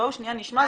בואו שניה נשמע.